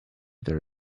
there